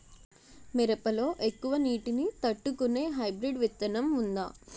మిరప లో ఎక్కువ నీటి ని తట్టుకునే హైబ్రిడ్ విత్తనం వుందా?